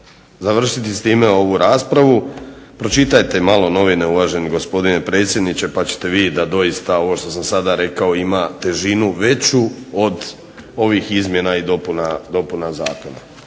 završiti s time ovu raspravu. Pročitajte malo novine uvaženi gospodine potpredsjedniče pa ćete vidjet da doista ovo što sam sada rekao ima težinu veću od ovih izmjena i dopuna zakona.